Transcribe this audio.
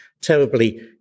terribly